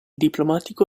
diplomatico